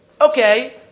Okay